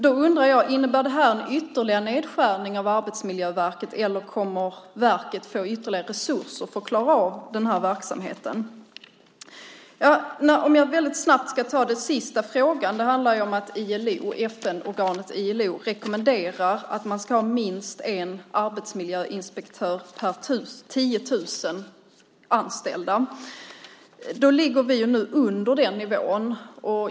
Då undrar jag: Innebär det här ytterligare nedskärningar av Arbetsmiljöverket eller kommer verket att få ytterligare resurser för att klara av den här verksamheten? Jag ska väldigt kort också ta upp den sista frågan. Den handlar om att FN-organet ILO rekommenderar att man ska ha minst en arbetsmiljöinspektör per 10 000 anställda. Vi ligger nu under den nivån.